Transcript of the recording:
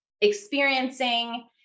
experiencing